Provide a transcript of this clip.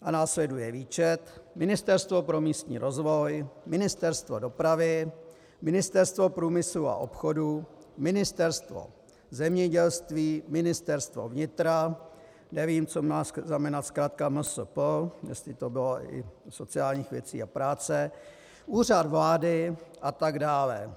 A následuje výčet: Ministerstvo pro místní rozvoj, Ministerstvo dopravy, Ministerstvo průmyslu a obchodu, Ministerstvo zemědělství, Ministerstvo vnitra nevím, co má znamenat zkratka MSP, jestli to bylo i Ministerstvo sociálních věcí a práce, Úřad vlády atd.